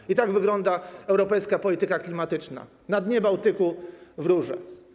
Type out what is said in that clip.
I tak wygląda europejska polityka klimatyczna - na dnie Bałtyku, w rurze.